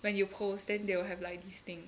when you post then they will have like this thing